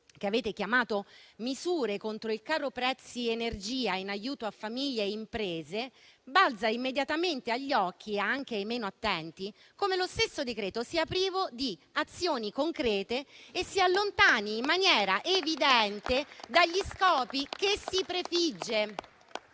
che avete chiamato misure contro il caro prezzi energia in aiuto a famiglie e imprese, balza immediatamente agli occhi, anche ai meno attenti, come lo stesso provvedimento sia privo di azioni concrete e si allontani in maniera evidente dagli scopi che si prefigge